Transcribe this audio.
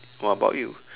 what about you